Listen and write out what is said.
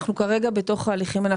אנחנו כרגע בתוך ההליכים,